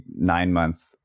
nine-month